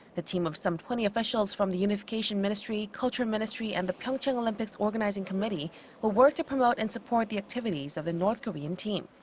the team of some twenty officials from the unification ministry, culture ministry and the pyeongchang olympics organizing committee will work to promote and support the activities of the north korean team.